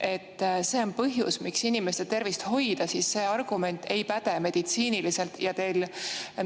et see on põhjus, miks inimeste tervist hoida, siis see argument ei päde meditsiiniliselt, ja teil